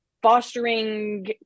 fostering